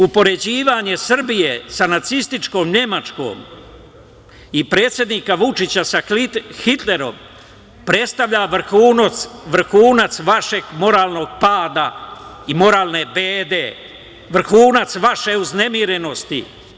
Upoređivanje Srbije sa nacističkom Nemačkom i predsednika Vučića sa Hitlerom predstavlja vrhunac vašeg moralnog pada i moralne bede, vrhunac vaše uznemirenosti.